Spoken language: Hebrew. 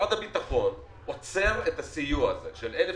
שמשרד הביטחון עוצר את הסיוע הזה של 1,000